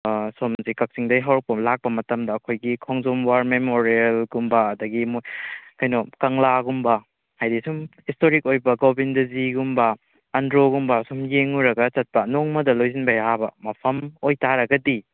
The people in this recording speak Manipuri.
ꯁꯣꯝꯁꯤ ꯀꯛꯆꯤꯡꯗꯩ ꯍꯧꯔꯛꯄ ꯂꯥꯛꯄ ꯃꯇꯝꯗ ꯑꯩꯈꯣꯏꯒꯤ ꯈꯣꯡꯖꯣꯝ ꯋꯥꯔ ꯃꯦꯃꯣꯔꯤꯌꯦꯜꯒꯨꯝꯕ ꯑꯗꯒꯤ ꯃꯣꯏ ꯀꯩꯅꯣ ꯀꯪꯂꯥꯒꯨꯝꯕ ꯍꯥꯏꯗꯤ ꯁꯨꯝ ꯍꯤꯁꯇꯣꯔꯤꯛ ꯑꯣꯏꯕ ꯒꯣꯕꯤꯟꯗꯖꯤꯒꯨꯝꯕ ꯑꯟꯗ꯭ꯔꯣꯒꯨꯝꯕ ꯁꯨꯝ ꯌꯦꯡꯉꯨꯔꯒ ꯆꯠꯄ ꯅꯣꯡꯃꯗ ꯂꯣꯏꯁꯤꯟꯕ ꯌꯥꯕ ꯃꯐꯝ ꯑꯣꯏꯇꯥꯔꯒꯗꯤ